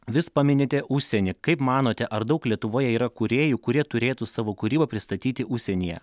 vis paminite užsienį kaip manote ar daug lietuvoje yra kūrėjų kurie turėtų savo kūrybą pristatyti užsienyje